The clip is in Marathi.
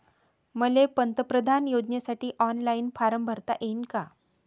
मले पंतप्रधान योजनेसाठी ऑनलाईन फारम भरता येईन का?